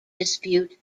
dispute